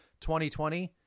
2020